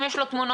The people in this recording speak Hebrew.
אם יש לו תמונות,